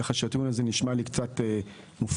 ככה שהטיעון הזה נשמע לי קצת מופרך.